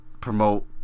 promote